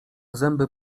zęby